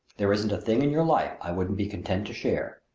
there isn't a thing in your life i wouldn't be content to share,